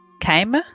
Came